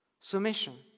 Submission